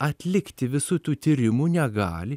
atlikti visų tų tyrimų negali